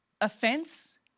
offense